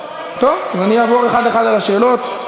לא,